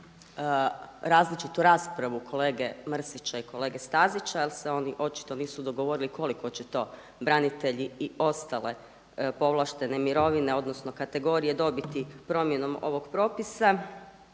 različitu raspravu kolege Mrsića i kolege Stazića jer se oni očito nisu dogovorili koliko će to branitelji i ostale povlaštene mirovine odnosno kategorije dobiti promjenom ovog propisa.